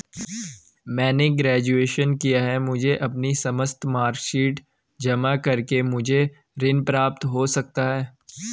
मैंने ग्रेजुएशन किया है मुझे अपनी समस्त मार्कशीट जमा करके मुझे ऋण प्राप्त हो सकता है?